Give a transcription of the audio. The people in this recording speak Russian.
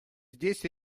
здесь